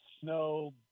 snow